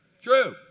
True